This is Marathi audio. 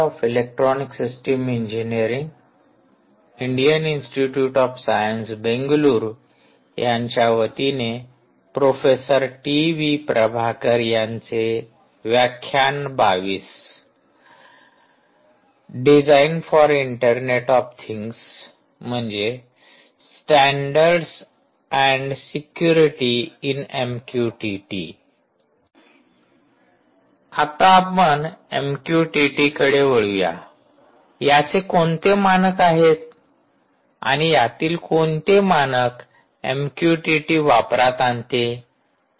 आता आपण एमकयुटीटी कडे वळूया याचे कोणते मानक आहेत आणि यातील कोणते मानक एमकयुटीटी वापरात आणते